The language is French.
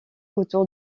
autour